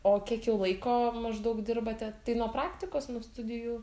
o kiek jau laiko maždaug dirbate tai nuo praktikos nuo studijų